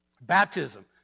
Baptism